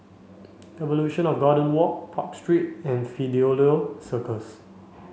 Evolution of Garden Walk Park Street and Fidelio Circus